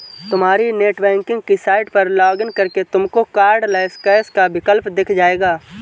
तुम्हारी नेटबैंकिंग की साइट पर लॉग इन करके तुमको कार्डलैस कैश का विकल्प दिख जाएगा